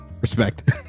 respect